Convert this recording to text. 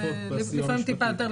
לפעמים טיפה יותר,